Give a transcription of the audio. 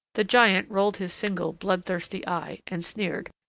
the giant rolled his single bloodthirsty eye, and sneered,